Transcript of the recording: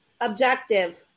Objective